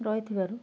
ରହିଥିବାରୁ